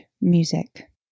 music